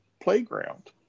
playground